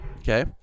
Okay